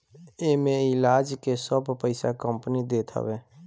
एमे इलाज के सब पईसा कंपनी देत हवे